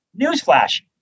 Newsflash